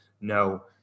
no